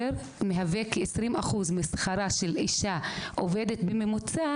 שמשפחה יכולה לקבל אותו עבור ילד אחד,